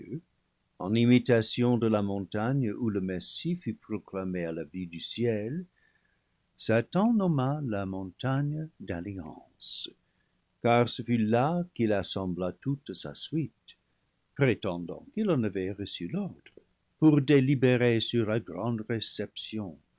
en imita tion de la montagne où le messie fut proclamé à la vue du ciel satan nomma la montagne d'alliance car ce fut là qu'il assembla toute sa suite prétendant qu'il en avait reçu l'ordre pour délibérer sur la grande réception